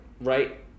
right